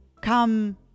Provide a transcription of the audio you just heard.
come